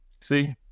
See